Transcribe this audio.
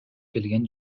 келген